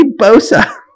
Bosa